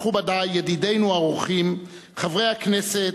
מכובדי, ידידינו האורחים, חברי הכנסת,